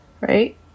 right